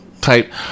type